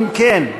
אם כן,